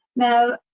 now,